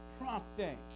prompting